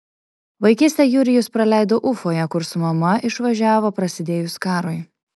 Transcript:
vaikystę jurijus praleido ufoje kur su mama išvažiavo prasidėjus karui